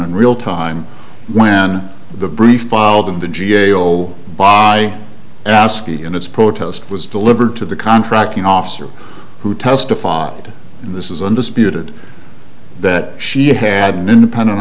in real time when the brief filed in the g a o will by ascii and its protest was delivered to the contracting officer who testified in this is undisputed that she had an independent